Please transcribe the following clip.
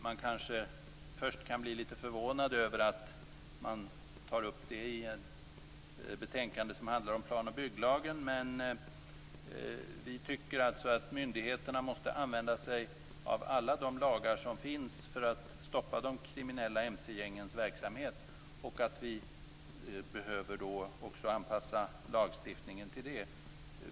Man kanske först blir litet förvånad över att detta tas upp i ett betänkande som handlar om plan och bygglagen. Vi tycker dock att myndigheterna måste använda sig av alla lagar som finns för att stoppa de kriminella mc-gängens verksamhet och att man behöver anpassa lagstiftningen till det.